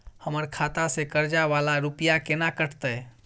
हमर खाता से कर्जा वाला रुपिया केना कटते?